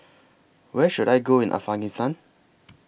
Where should I Go in Afghanistan